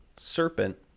serpent